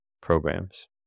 programs